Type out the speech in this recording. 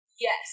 yes